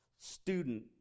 student